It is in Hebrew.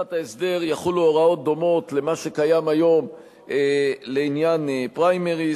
בתקופת ההסדר יחולו הוראות דומות למה שקיים היום לעניין פריימריז.